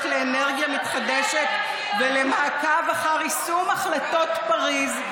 לאנרגיה מתחדשת ולמעקב אחר יישום החלטות פריז,